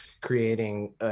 creating